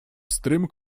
pstrym